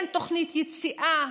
אין תוכנית יציאה.